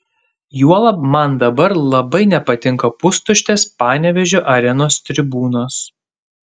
juolab man dabar labai nepatinka pustuštės panevėžio arenos tribūnos